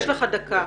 יש לך דקה.